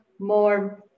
more